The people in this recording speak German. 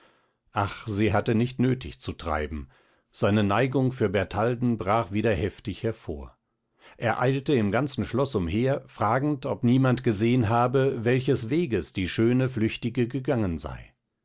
ach sie hatte nicht nötig zu treiben seine neigung für bertalden brach wieder heftig hervor er eilte im ganzen schloß umher fragend ob niemand gesehn habe welches weges die schöne flüchtige gegangen sei